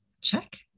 check